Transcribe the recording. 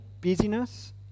busyness